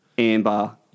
Amber